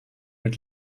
mit